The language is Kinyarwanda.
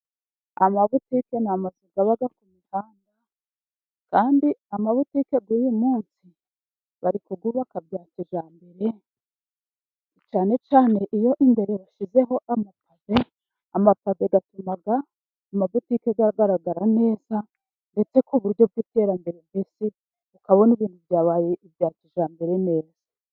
Amabutike ni amazu aba ku mihanda, kandi amabutike y'uyu munsi bari kuyubaka bya kijyambere cyane cyane iyo imbere bashyizeho amapave. Amapave atuma amabutike ajya agaragara neza ndetse ku buryo bw'iterambere, mbese ukabona ibintu byabaye ibya kijyambere neza.